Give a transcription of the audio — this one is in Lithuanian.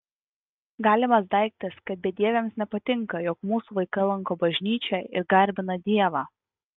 galimas daiktas kad bedieviams nepatinka jog mūsų vaikai lanko bažnyčią ir garbina dievą